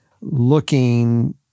looking